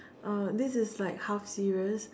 uh this is like half serious